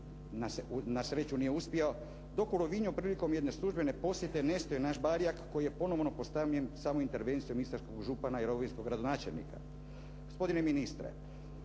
na sreću nije uspio, dok u Rovinju prilikom jedne službene posjete nestao je naš barjak koji je ponovno postavljen samo intervencijom istarskog župana i rovinjskog gradonačelnika.